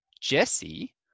Jesse